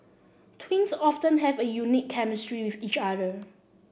twins often have a unique chemistry with each other